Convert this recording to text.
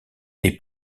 des